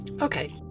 Okay